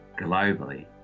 globally